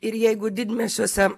ir jeigu didmiesčiuose